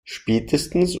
spätestens